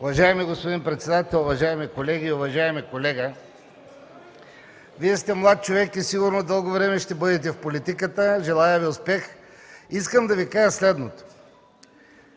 Уважаеми господин председател, уважаеми колеги, уважаеми колега! Вие сте млад човек и сигурно дълго време ще бъдете в политиката. Желая Ви успех! Искам да Ви кажа следното